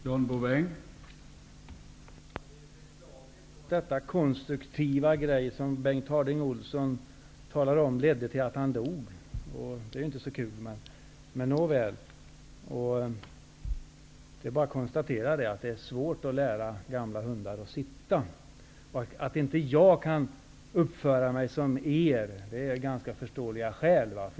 Herr talman! Det är beklagligt att den konstruktiva grej som Bengt Harding Olson talar om ledde till att brevbombsmannen dog, och det är ju inte så kul. Men, nåväl, det är bara att konstatera att det är svårt att lära gamla hundar sitta. Att jag inte kan uppföra mig som ni gör är ganska förståeligt.